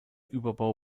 überbau